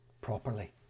properly